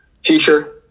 future